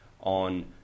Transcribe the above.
on